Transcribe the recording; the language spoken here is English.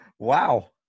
Wow